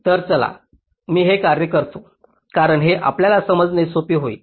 तर चला मी हे कार्य करतो कारण हे आपल्याला समजणे सोपे होईल